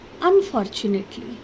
Unfortunately